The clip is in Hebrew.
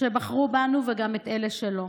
שבחרו בנו וגם את אלה שלא,